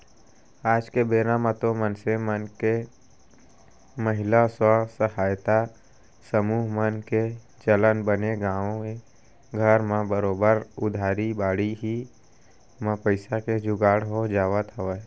आज के बेरा म तो मनसे मन के महिला स्व सहायता समूह मन के चलत बने गाँवे घर म बरोबर उधारी बाड़ही म पइसा के जुगाड़ हो जावत हवय